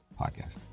Podcast